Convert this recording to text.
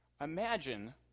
imagine